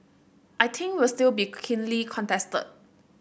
I think will still be keenly contested